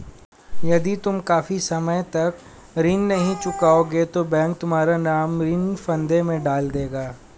यदि तुम काफी समय तक ऋण नहीं चुकाओगे तो बैंक तुम्हारा नाम ऋण फंदे में डाल देगा